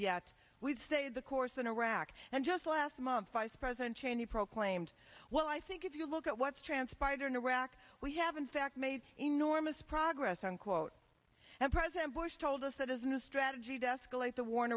yet we've stayed the course in iraq and just last month vice president cheney proclaimed well i think if you look at what's transpired in iraq we have in fact made enormous progress unquote and president bush told us that his new strategy desk the war in